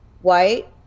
white